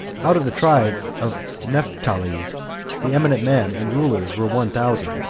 out of the tribe of naphtali the eminent men and rulers were one thousand,